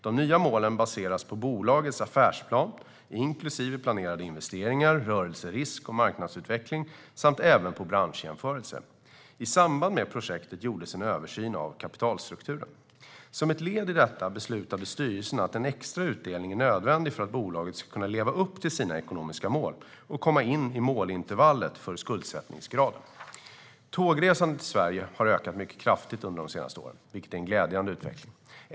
De nya målen baseras på bolagets affärsplan inklusive planerade investeringar, rörelserisk och marknadsutveckling samt även på branschjämförelser. I samband med projektet gjordes en översyn av kapitalstrukturen. Som ett led i detta beslutade styrelsen att en extra utdelning är nödvändig för att bolaget ska kunna leva upp till sina ekonomiska mål och komma in i målintervallet för skuldsättningsgraden. Tågresandet i Sverige har ökat mycket kraftigt under de senaste åren, vilket är en glädjande utveckling.